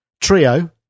Trio